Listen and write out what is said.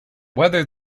whether